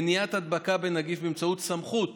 מניעת הדבקה בנגיף באמצעות סמכות